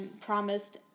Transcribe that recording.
promised